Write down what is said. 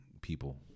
people